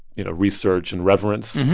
you know, research and reverence.